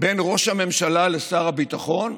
בין ראש הממשלה לשר הביטחון,